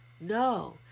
No